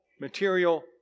material